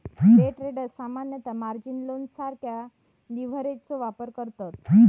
day traders सामान्यतः margin लोनसारख्या लीव्हरेजचो वापर करतत